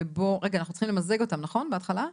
אנחנו צריכים למזג את הצעות החוק בהתחלה.